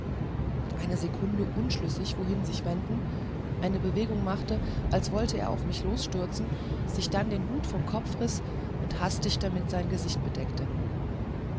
eine sekunde lang unschlüssig wohin sich wenden eine bewegung machte als wolle er auf mich losstürzen sich dann den hut vom kopf riß und hastig damit sein gesicht bedeckte